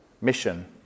mission